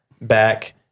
back